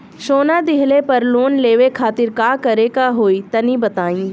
सोना दिहले पर लोन लेवे खातिर का करे क होई तनि बताई?